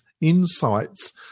Insights